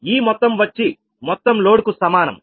ఈ మొత్తం వచ్చి మొత్తం లోడ్ కు సమానం